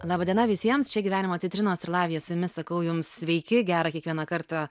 laba diena visiems čia gyvenimo citrinos ir latvija su jumis sakau jums sveiki gera kiekvieną kartą